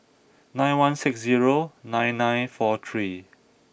nine one six zero nine nine four three